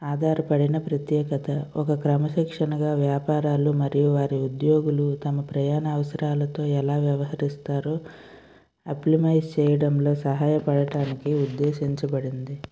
ఆధారపడిన ప్రత్యేకత ఒక క్రమశిక్షణగా వ్యాపారాలు మరియు వారి ఉద్యోగులు తమ ప్రయాణ అవసరాలతో ఎలా వ్యవహరిస్తారు అప్లమైజ్ చేయడంలో సహాయపడటానికి ఉద్దేశించబడింది